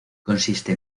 consiste